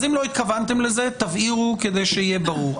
אז אם לא התכוונתם לזה, תבהירו כדי שיהיה ברור.